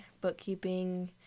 bookkeeping